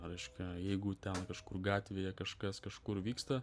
reiškia jeigu ten kažkur gatvėje kažkas kažkur vyksta